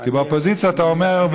כי באופוזיציה אתה אומר,